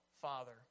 Father